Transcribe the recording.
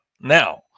now